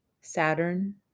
Saturn